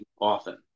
often